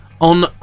on